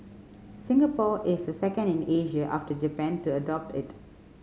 Singapore is the second in Asia after Japan to adopt it